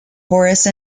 horace